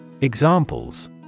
Examples